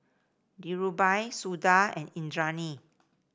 Dhirubhai Suda and Indranee